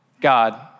God